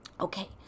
okay